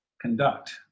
conduct